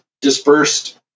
dispersed